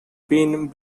been